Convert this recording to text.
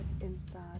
inside